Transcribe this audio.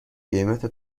قیمت